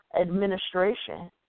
administration